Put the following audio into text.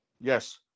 Yes